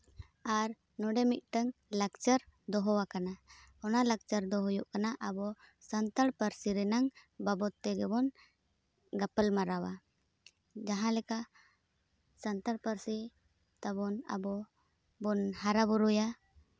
ᱟᱨ ᱱᱚᱰᱮ ᱢᱤᱫᱴᱟᱱ ᱞᱟᱠᱪᱟᱨ ᱫᱚᱦᱚ ᱟᱠᱟᱱᱟ ᱚᱱᱟ ᱞᱟᱠᱪᱟᱨ ᱫᱚ ᱦᱩᱭᱩᱜ ᱠᱟᱱᱟ ᱟᱵᱚ ᱥᱟᱱᱛᱟᱲ ᱯᱟᱹᱨᱥᱤ ᱨᱮᱱᱟᱜ ᱵᱟᱵᱚᱫ ᱛᱮᱜᱮ ᱵᱚᱱ ᱜᱟᱯᱟᱞ ᱢᱟᱨᱟᱣᱟ ᱡᱟᱦᱟᱸ ᱞᱮᱠᱟ ᱥᱟᱱᱛᱟᱲ ᱯᱟᱹᱨᱥᱤ ᱛᱟᱵᱚᱱ ᱟᱵᱚ ᱵᱚᱱ ᱦᱟᱨᱟᱼᱵᱩᱨᱩᱭᱟ